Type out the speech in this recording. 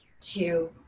two